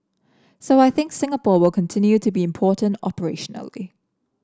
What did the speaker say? so I think Singapore will continue to be important operationally